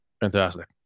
Fantastic